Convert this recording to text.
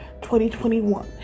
2021